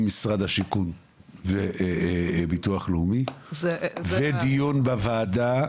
עם משרד השיכון וביטוח לאומי, ודיון בוועדה.